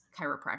chiropractor